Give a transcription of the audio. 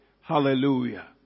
Hallelujah